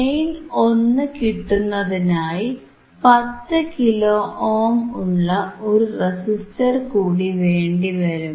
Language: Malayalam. ഗെയിൻ 1 കിട്ടുന്നതിനായി 10 കിലോ ഓം ഉള്ള ഒരു റെസിസ്റ്റർ കൂടി വേണ്ടിവരും